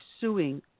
suing